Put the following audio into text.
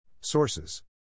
Sources